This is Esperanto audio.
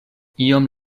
iom